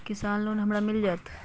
किसान लोन हमरा मिल जायत?